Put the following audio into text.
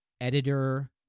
editor